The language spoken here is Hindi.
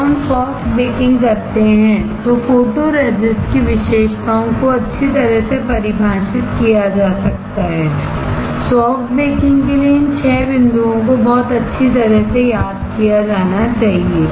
जब हम सॉफ्ट बेकिंग करते हैं तो फोटोरेसिस्ट की विशेषताओं को अच्छी तरह से परिभाषित किया जा सकता है सॉफ्ट बेकिंग के लिए इन 6 बिंदुओं को बहुत अच्छी तरह से याद किया जाना चाहिए